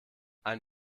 ein